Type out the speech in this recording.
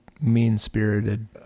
mean-spirited